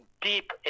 deep